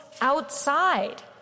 outside